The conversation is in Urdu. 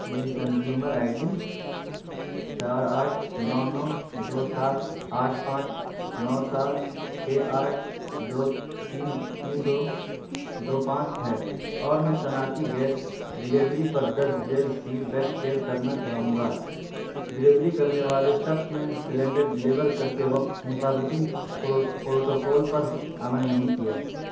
میری کنزیومر آئی ڈی چار آٹھ نو نو دو سات آٹھ پانچ نو سات چھ آٹھ دو تین تین دو دو پانچ ہے اور میں صنعتی گیس ڈیلیوری پر درج ذیل فیڈ بیک شیئر کرنا چاہوں گا ڈیلیوری کرنے والے شخص نے سلنڈر ڈیلیور کرتے وقت حفاظتی پروٹوکول پر عمل نہیں کیا